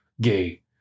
gay